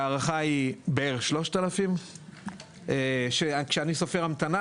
להערכה בערך 3000. כשאני סופר המתנה